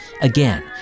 Again